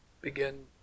begin